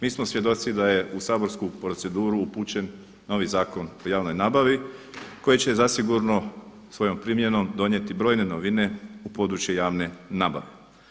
Mi smo svjedoci da je u saborsku proceduru upućen novi Zakon o javnoj nabavi koji će zasigurno svojom primjenom donijeti brojne novine u područje javne nabave.